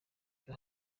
vyo